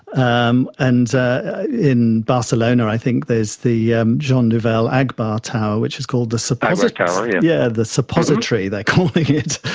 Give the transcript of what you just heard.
um and in barcelona i think there's the um jean nouvel agbar tower, which is called, the suppository yeah the suppository they're calling it.